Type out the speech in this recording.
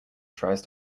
tries